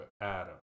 Adam